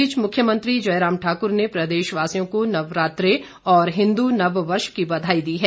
इस बीच मुख्यमंत्री जयराम ठाकुर ने प्रदेशवासियों को नवरात्रे और हिन्दु नववर्ष की बधाई दी है